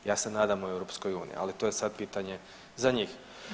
Ja se nadam u EU, ali to je sad pitanje za njih.